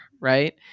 right